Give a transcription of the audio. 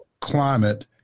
climate